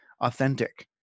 authentic